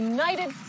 United